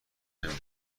نمی